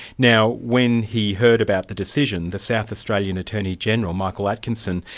now when he heard about the decision, the south australian attorney-general, michael atkinson,